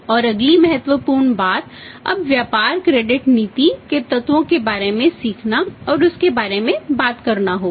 और अगली महत्वपूर्ण बात अब व्यापार क्रेडिट नीति के तत्वों के बारे में सीखना और उसके बारे में बात करना होगा